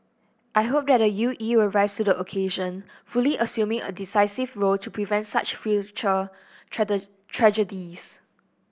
I hope the E U will rise to the occasion fully assuming a decisive role to prevent such future tragedies